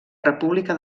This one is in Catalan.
república